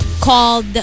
called